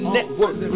Network